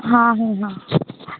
हां हां